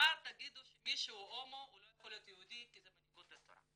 מחר תגידו שמי שהוא הומו לא יכול להיות יהודי כי זה בניגוד לתורה.